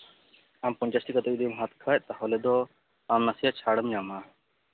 ᱟᱢ ᱯᱚᱧᱪᱟᱥᱴᱤ ᱠᱟᱛᱮᱫ ᱡᱩᱫᱤᱢ ᱦᱟᱛᱟᱣ ᱠᱷᱟᱱ ᱛᱟᱦᱚᱞᱮ ᱫᱚ ᱟᱢ ᱱᱟᱥᱮᱭᱟᱜ ᱪᱷᱟᱲ ᱮᱢ ᱧᱟᱢᱟ